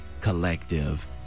Collective